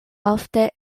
ofte